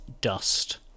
dust